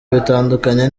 bitandukanye